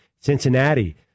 Cincinnati